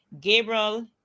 Gabriel